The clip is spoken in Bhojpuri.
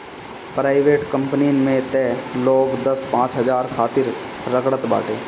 प्राइवेट कंपनीन में तअ लोग दस पांच हजार खातिर रगड़त बाटे